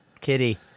kitty